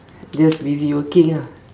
just busy working ah